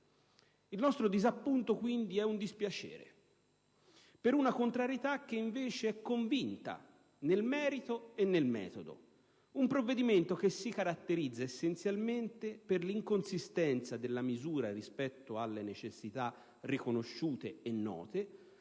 Il nostro disappunto, quindi, è motivato dal dispiacere per una contrarietà che invece è convinta nel merito e nel metodo. Il provvedimento al nostro esame si caratterizza essenzialmente per l'inconsistenza delle misure rispetto alle necessità riconosciute e note,